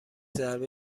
ضربه